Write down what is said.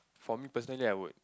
for me I personally would